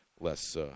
less